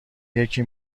یکی